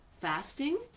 fasting